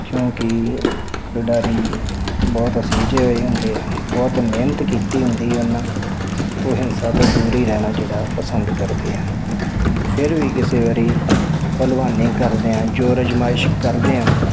ਕਿਉਂਕਿ ਖਿਡਾਰੀ ਬਹੁਤ ਸੁਲਝੇ ਹੋਏ ਹੁੰਦੇ ਆ ਬਹੁਤ ਮਿਹਨਤ ਕੀਤੀ ਹੁੰਦੀ ਉਹਨਾਂ ਉਹ ਹਿੰਸਾ ਤੋਂ ਦੂਰ ਹੀ ਰਹਿਣਾ ਜਿਹੜਾ ਪਸੰਦ ਕਰਦੇ ਆ ਫਿਰ ਵੀ ਕਿਸੇ ਵਾਰੀ ਭਲਵਾਨੀ ਕਰਦਿਆਂ ਜੋਰ ਅਜਮਾਇਸ਼ ਕਰਦਿਆਂ